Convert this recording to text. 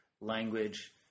language